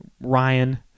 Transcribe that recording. Ryan